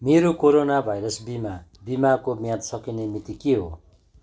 मेरो corona virus बिमा बिमाको म्याद सकिने मिति के हो